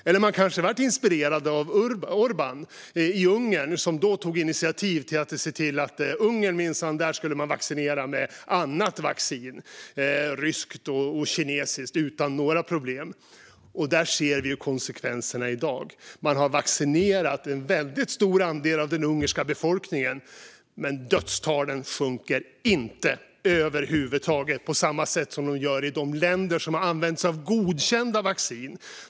Eller så blev de kanske inspirerade av Orbán i Ungern som tog initiativ till att man där minsann skulle vaccinera med ryskt och kinesiskt vaccin utan några problem. Konsekvenserna ser vi i dag: Man har vaccinerat en väldigt stor andel av den ungerska befolkningen, men dödstalen sjunker över huvud taget inte på samma sätt som de gör i de länder som använt sig av godkända vacciner.